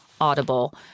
Audible